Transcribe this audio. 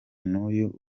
n’uyu